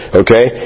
okay